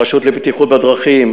הרשות לבטיחות דרכים,